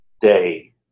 day